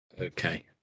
Okay